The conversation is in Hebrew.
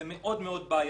זה מאוד מאוד בעייתי.